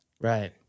Right